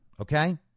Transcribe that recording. okay